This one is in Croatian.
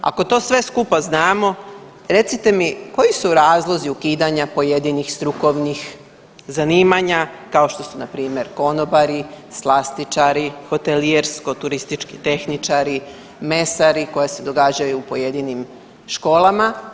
Ako to sve skupa znamo recite mi koji su razlozi ukidanja pojedinih strukovnih zanimanja kao što su na primjer konobari, slastičari, hotelijersko-turistički tehničari, mesari koji se događaju u pojedinim školama.